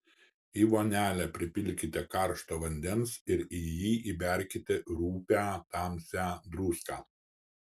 į vonelę pripilkite karšto vandens ir į jį įberkite rupią tamsią druską